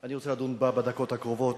שאני רוצה לדון בה בדקות הקרובות.